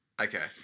Okay